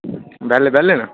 कल्ल बेह्ले न